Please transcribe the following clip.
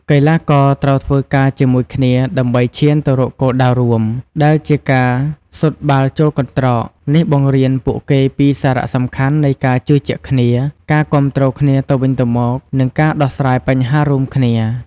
កីឡាករត្រូវធ្វើការជាមួយគ្នាដើម្បីឈានទៅរកគោលដៅរួម ដែលជាការស៊ុតបាល់ចូលកន្ត្រក នេះបង្រៀនពួកគេពីសារៈសំខាន់នៃការជឿជាក់គ្នា ការគាំទ្រគ្នាទៅវិញទៅមក និងការដោះស្រាយបញ្ហារួមគ្នា។